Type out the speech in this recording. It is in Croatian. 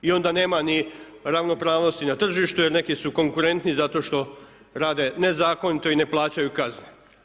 I onda nema ni ravnopravnosti na tržištu, jer neki su konkurentniji zato što rade nezakonito i ne plaćaju kazne.